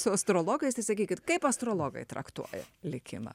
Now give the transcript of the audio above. su astrologais tai sakykit kaip astrologai traktuoja likimą